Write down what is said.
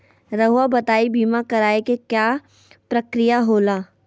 रहुआ बताइं बीमा कराए के क्या प्रक्रिया होला?